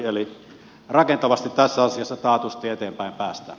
eli rakentavasti tässä asiassa taatusti eteenpäin päästään